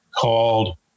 called